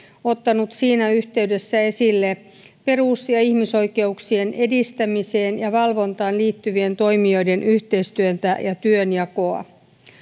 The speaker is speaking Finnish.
ottanut siinä yhteydessä esille perus ja ihmisoikeuksien edistämiseen ja valvontaan liittyvien toimijoiden yhteistyötä ja työnjakoa